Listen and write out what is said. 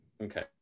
Okay